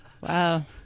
wow